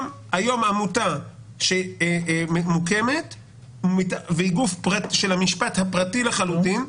עמותה שמוקמת היום והיא גוף של המשפט הפרטי לחלוטין,